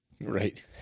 Right